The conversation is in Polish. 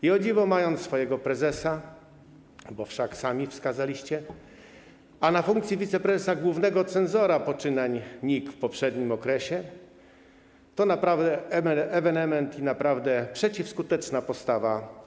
I o dziwo macie swojego prezesa, bo wszak go sami wskazaliście, a w funkcji wiceprezesa - głównego cenzora poczynań NIK w poprzednim okresie, więc to naprawdę ewenement i naprawdę przeciwskuteczna postawa.